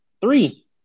Three